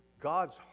god's